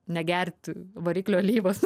negerti variklio alyvos